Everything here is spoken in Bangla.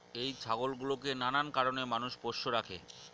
এই ছাগল গুলোকে নানান কারণে মানুষ পোষ্য রাখে